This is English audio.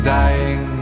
dying